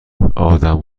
آدم